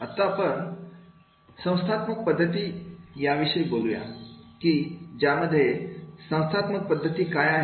आता आपण संस्थात्मक पद्धतीविषयी बोलूयात कि ज्या मध्ये संस्थात्मक पद्धती काय आहेत